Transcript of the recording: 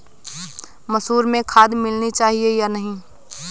मसूर में खाद मिलनी चाहिए या नहीं?